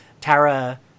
Tara